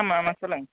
ஆமாம் ஆமாம் சொல்லுங்க